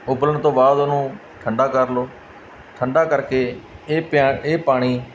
ਉੱਬਲਣ ਤੋਂ ਬਾਅਦ ਉਹਨੂੰ ਠੰਡਾ ਕਰ ਲਓ ਠੰਡਾ ਕਰਕੇ ਇਹ ਪੈ ਪਾਣੀ